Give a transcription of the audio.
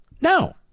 No